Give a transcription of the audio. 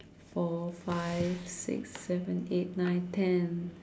four five six seven eight nine ten